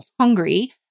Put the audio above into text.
hungry